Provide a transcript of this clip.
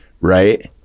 right